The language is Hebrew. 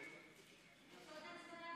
תהיה עוד הצבעה?